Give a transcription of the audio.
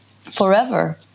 forever